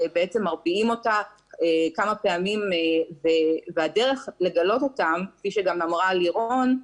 ובעצם מרביעים אותה כמה פעמים והדרך לגלות אותם כפי שגם אמרה לירון,